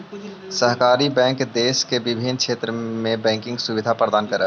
सहकारी बैंक देश के विभिन्न क्षेत्र में बैंकिंग सुविधा प्रदान करऽ हइ